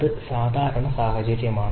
അത് സാധാരണയായ സാഹചര്യമാണ്